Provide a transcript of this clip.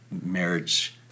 marriage